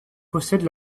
possède